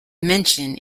mention